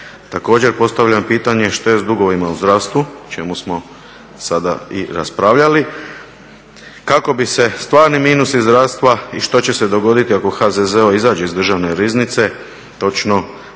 Također postavljam pitanje što je s drugovim u zdravstvu o čemu smo sada i raspravljali kako bi se stvari minusi zdravstva, i što će se dogoditi ako HZZO izađe iz državne riznice točno